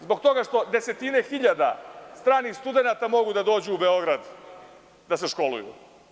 Zbog toga što desetine hiljada stranih studenata mogu da dođu u Beograd da se školuju.